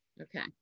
Okay